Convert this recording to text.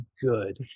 good